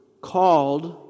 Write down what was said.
called